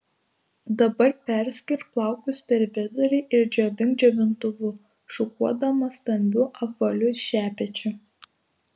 dabar perskirk plaukus per vidurį ir džiovink džiovintuvu šukuodama stambiu apvaliu šepečiu